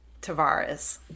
Tavares